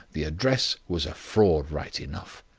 the address was a fraud right enough.